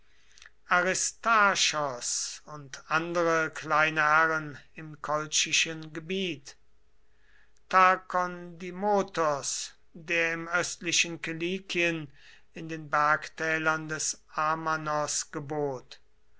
aristarchos und andere kleine herren im kolchischen gebiet tarkondimotos der im östlichen kilikien in den bergtälern des amanos gebot